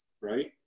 right